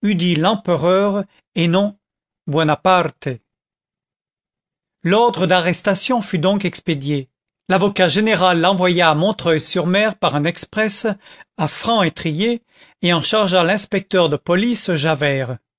l'empereur et non buonaparte l'ordre d'arrestation fut donc expédié l'avocat général l'envoya à montreuil sur mer par un exprès à franc étrier et en chargea l'inspecteur de police